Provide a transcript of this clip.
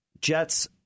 jets